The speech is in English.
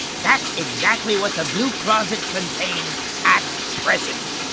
that's exactly what the blue closet contains at present.